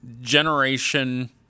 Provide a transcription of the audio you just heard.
generation –